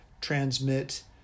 transmit